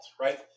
right